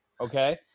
okay